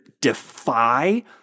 defy